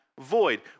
Void